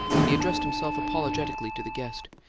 he addressed himself apologetically to the guest.